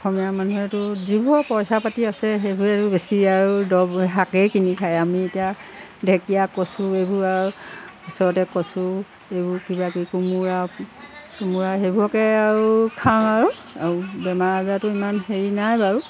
অসমীয়া মানুহেতো যিবোৰৰ পইচা পাতি আছে সেইবোৰে আৰু বেছি আৰু দৰব শাকেই কিনি খায় আমি এতিয়া ঢেকীয়া কচু এইবোৰ আৰু ওচৰতে কচু এইবোৰ কিবাকিবি কোমোৰা চোমোৰা সেইবোৰকে আৰু খাওঁ আৰু আৰু বেমাৰ আজাৰটো ইমান হেৰি নাই বাৰু